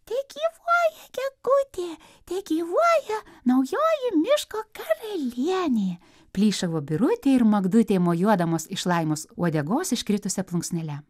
tegyvuoja gegutė tegyvuoja naujoji miško karalienė plyšavo birutė ir magdutė mojuodamos iš laimos uodegos iškritusia plunksnele